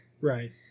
Right